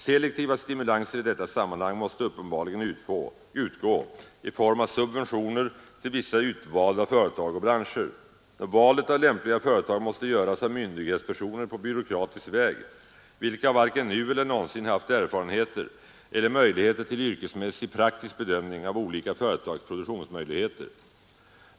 Selektiva stimulanser i detta sammanhang måste uppenbarligen utgå i form av subventioner till vissa utvalda företag och branscher. Valet av lämpliga företag måste göras av myndighetspersoner på byråkratisk väg, vilka varken nu eller någonsin haft erfarenheter av eller möjligheter till yrkesmässig, praktisk bedömning av olika företags produktionsmöjligheter.